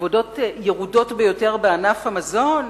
עבודות ירודות ביותר בענף המזון?